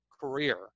career